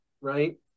Right